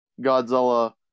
Godzilla